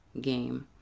game